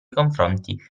confronti